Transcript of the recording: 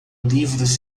livros